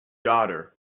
daughter